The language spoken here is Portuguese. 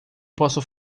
posso